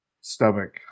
stomach